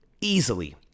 easily